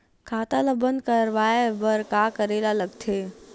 खाता ला बंद करवाय बार का करे ला लगथे?